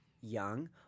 young